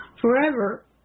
forever